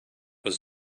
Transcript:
was